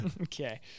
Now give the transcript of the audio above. Okay